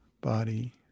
body